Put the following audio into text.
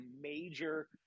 major